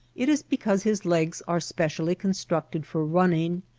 it is because his legs are specially con structed for running,